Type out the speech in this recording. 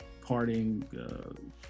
parting